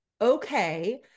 okay